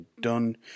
done